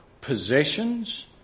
possessions